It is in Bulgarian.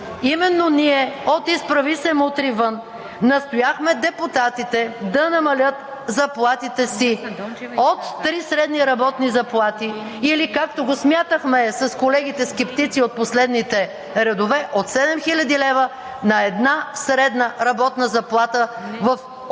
Именно ние от „Изправи се! Мутри вън!“ настояхме депутатите да намалят заплатите си от 3 средни работни заплати или, както го смятахме с колегите скептици от последните редове, от 7 хил. лв. на 1 средна работна заплата в